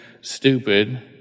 stupid